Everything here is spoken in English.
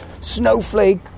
snowflake